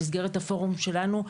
במסגרת הפורום שלנו,